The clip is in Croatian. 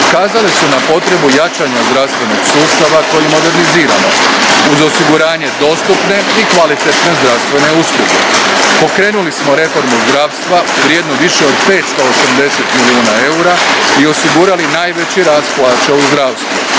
ukazale su na potrebu jačanja zdravstvenog sustava koji moderniziramo, uz osiguranje dostupne i kvalitetne zdravstvene usluge. Pokrenuli smo reformu zdravstva vrijednu više od 580 milijuna eura i osigurali najveći rast plaća u zdravstvu,